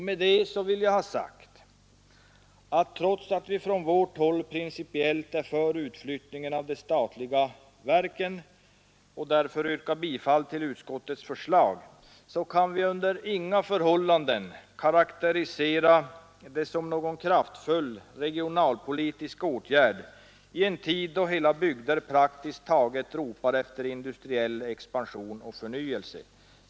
Med det vill jag ha sagt att trots att vi från vårt håll principiellt är för utflyttningen av de statliga verken och därför yrkar bifall till utskottets förslag, så kan vi under inga förhållanden karakterisera det som någon kraftfull regionalpolitisk åtgärd i en tid då hela bygder praktiskt taget ropar efter industriell expansion och förnyelse.